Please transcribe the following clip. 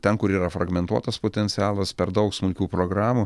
ten kur yra fragmentuotas potencialas per daug smulkių programų